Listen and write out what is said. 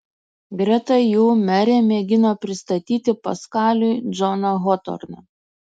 greta jų merė mėgino pristatyti paskaliui džoną hotorną